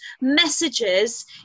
messages